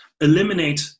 Eliminate